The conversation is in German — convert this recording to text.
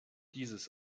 dieses